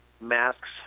masks